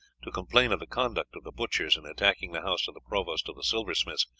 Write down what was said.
to complain of the conduct of the butchers in attacking the house of the provost of the silversmiths,